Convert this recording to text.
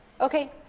okay